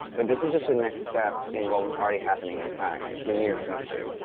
but this is just the next step in what was already happening in science. it's the near-future.